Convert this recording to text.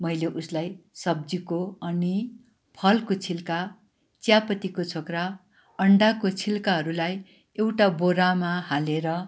मैले उसलाई सब्जीको अनि फलको छिल्का चियापत्तीको छोक्रा अन्डाको छिल्काहरूलाई एउटा बोरामा हालेर